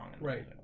Right